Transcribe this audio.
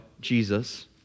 Jesus